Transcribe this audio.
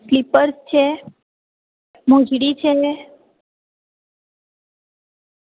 sleepers છે મોજડી છે ને